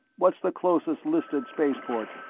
what's the closest listed spaceport?